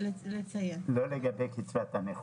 לא לגבי קצבת הנכות.